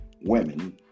women